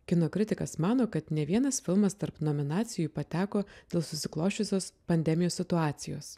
kino kritikas mano kad ne vienas filmas tarp nominacijų pateko dėl susiklosčiusios pandeminės situacijos